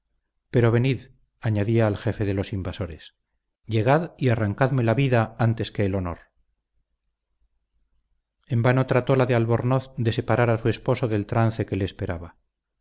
pero venid añadía al jefe de los invasores llegad y arrancadme la vida antes que el honor en vano trató la de albornoz de separar a su esposo del trance que le esperaba